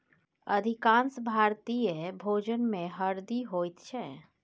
अधिकांश भारतीय भोजनमे हरदि होइत छै